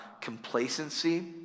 complacency